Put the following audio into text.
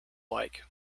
like